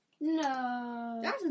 No